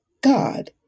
God